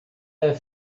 there